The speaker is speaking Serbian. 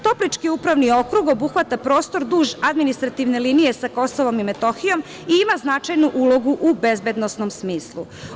Toplički upravni okrug obuhvata prostor duž administrativne linije sa KiM i ima značajnu ulogu u bezbednosnom smislu.